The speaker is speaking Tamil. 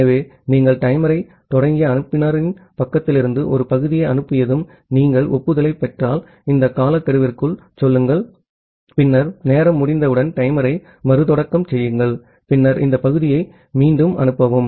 ஆகவே நீங்கள் டைமரைத் தொடங்கிய அனுப்புநரின் பக்கத்திலிருந்து ஒரு பகுதியை அனுப்பியதும் நீங்கள் ஒப்புதலைப் பெற்றால் இந்த காலக்கெடுவிற்குள் சொல்லுங்கள் பின்னர் நேரம் முடிந்தவுடன் டைமரை மறுதொடக்கம் செய்யுங்கள் பின்னர் இந்த பகுதியை மீண்டும் அனுப்பவும்